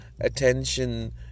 attention